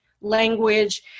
language